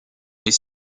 les